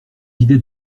idées